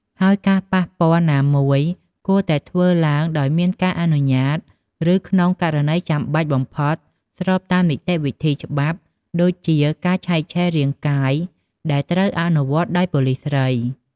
ហើយការប៉ះពាល់ណាមួយគួរតែធ្វើឡើងដោយមានការអនុញ្ញាត ឬក្នុងករណីចាំបាច់បំផុតស្របតាមនីតិវិធីច្បាប់ដូចជា ការឆែកឆេររាងកាយដែលត្រូវអនុវត្តដោយប៉ូលិសស្រី។